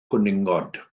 cwningod